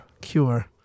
Cure